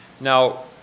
Now